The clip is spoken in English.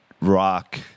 rock